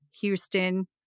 Houston